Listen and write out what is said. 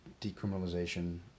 decriminalization